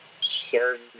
Serve